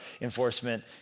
enforcement